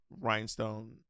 rhinestone